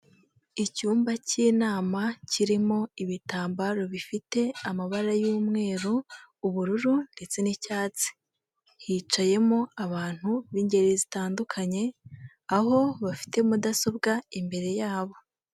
Icyumba cy'inama kirimo ibitambaro bifite amabara y'umweru, ubururu, ndetse n'icyatsi. Hicayemo abantu b'ingeri zitandukanye, aho bafite mudasobwa imbere yabo.